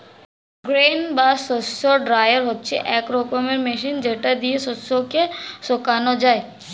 grain বা শস্য dryer হচ্ছে এক রকমের মেশিন যেটা দিয়ে শস্য কে শোকানো যায়